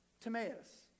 Timaeus